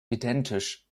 identisch